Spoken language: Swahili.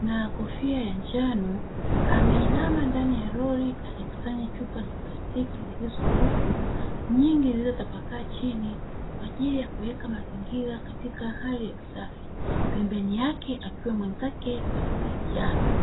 na kofia ya njano ameinama ndani ya lori akikusanya chupa za plastiki zilizotupu nyingi zilizotapakaa chini, kwa ajili ya kuweka mazingira katika hali ya usafi pembeni yake akiwa mwenzake wanasaidiana.